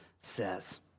says